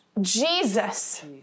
Jesus